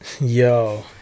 yo